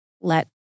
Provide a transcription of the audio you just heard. let